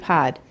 Pod